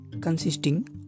consisting